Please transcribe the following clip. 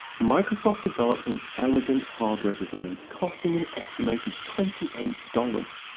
microsoft developed an elegant hardware design, costing an estimated twenty eight dollars.